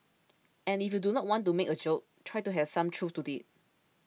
and if you do want to make a joke try to have some truth to it